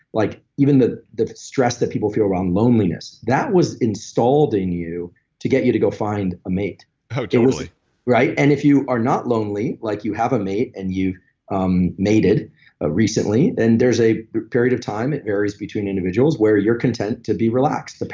like even the the stress that people feel around loneliness, that was installed in you to get you to go find a mate oh, totally right? and if you are not lonely, like you have a mate, and you've um mated ah recently, then there's a period of time, it varies between individuals, where you're content to be relaxed.